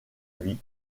vie